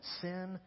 sin